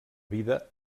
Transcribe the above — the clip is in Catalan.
vida